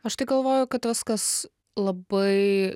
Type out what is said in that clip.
aš tai galvoju kad viskas labai